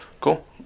Cool